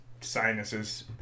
sinuses